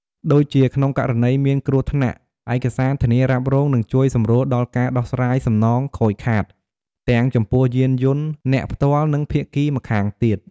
ដូចជា ក្នុងករណីមានគ្រោះថ្នាក់ ឯកសារធានារ៉ាប់រងនឹងជួយសម្រួលដល់ការដោះស្រាយសំណងខូចខាត ទាំងចំពោះយានយន្តអ្នកផ្ទាល់ និងភាគីម្ខាងទៀត។